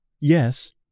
Yes